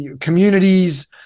communities